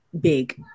big